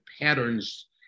patterns